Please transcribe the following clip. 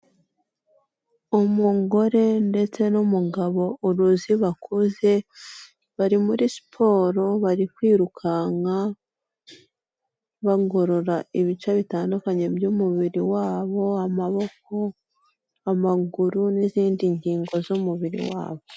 Umugore ndetse n'umugabo uruzi bakuze, bari muri siporo, bari kwirukanka, bagorora ibice bitandukanye by'umubiri wabo; amaboko, amaguru, n'izindi ngingo z'umubiri wabo.